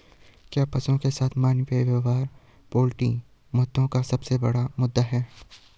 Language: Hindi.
क्या पशुओं के साथ मानवीय व्यवहार पोल्ट्री मुद्दों का सबसे बड़ा मुद्दा है?